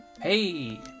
Hey